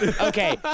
Okay